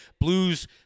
Blues